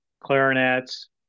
clarinets